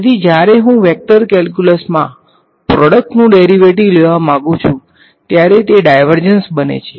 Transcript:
તેથી જ્યારે હું વેક્ટર કેલ્ક્યુલસમાં પ્રોડક્ટનુ ડેરીવેટીવ બને છે